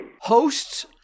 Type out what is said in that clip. Hosts